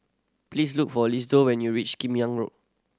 please look for Isidore when you reach Kim Yam Road